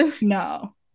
No